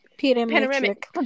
panoramic